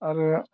आरो